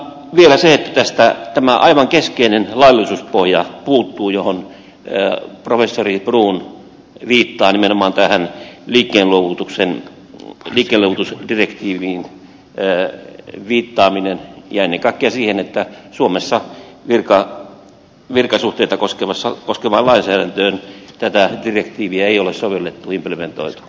vielä se että tästä tämä aivan keskeinen laillisuuspohja puuttuu mihin professori bruun viittaa nimenomaan tähän mitään luovutuksen kokeilu jossa direktiivi ei liikkeenluovutusdirektiiviin ja ennen kaikkea siihen että suomessa virkasuhteita koskevaan lainsäädäntöön tätä direktiiviä ei ole sovellettu implementoitu